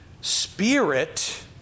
spirit